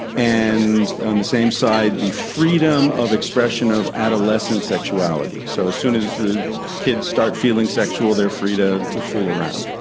and on the same side, the freedom of expression of adolescent sexuality. so as soon as the kids start feeling sexual they are free to to fool around.